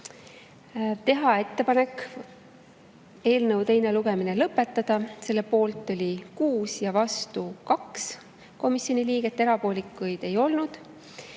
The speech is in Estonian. Teha ettepanek eelnõu teine lugemine lõpetada, selle poolt oli 6 ja vastu 2 komisjoni liiget, erapooletuid ei olnud.